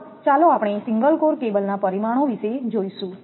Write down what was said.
આગળ ચાલો આપણે સિંગલ કોર કેબલના પરિમાણો વિશે જોઈશું